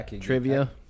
Trivia